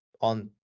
on